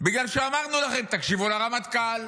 בגלל שאמרנו לכם: תקשיבו לרמטכ"ל,